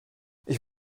ich